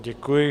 Děkuji.